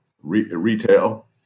retail